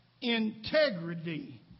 Integrity